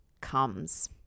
comes